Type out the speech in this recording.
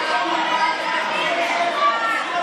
אני אישרתי לשניהם להיכנס.